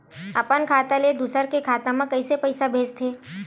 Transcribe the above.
अपन खाता ले दुसर के खाता मा पईसा कइसे भेजथे?